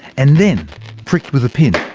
and then pricked with a pin,